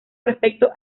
respecto